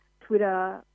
Twitter